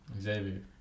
Xavier